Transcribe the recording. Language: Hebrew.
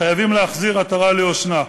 חייבים להחזיר עטרה ליושנה,